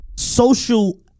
Social